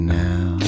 now